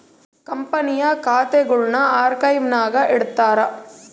ಕಂಪನಿಯ ಖಾತೆಗುಳ್ನ ಆರ್ಕೈವ್ನಾಗ ಇಟ್ಟಿರ್ತಾರ